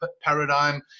paradigm